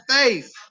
faith